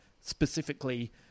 specifically